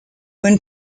when